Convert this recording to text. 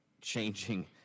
changing